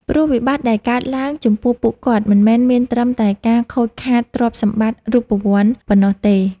ព្រោះវិបត្តិដែលកើតឡើងចំពោះពួកគាត់មិនមែនមានត្រឹមតែការខូចខាតទ្រព្យសម្បត្តិរូបវន្តប៉ុណ្ណោះទេ។